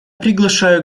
приглашаю